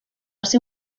ser